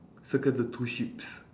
circle the two sheeps